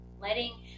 letting